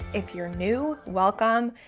if you're new, welcome.